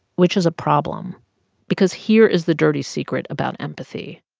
which is a problem because here is the dirty secret about empathy.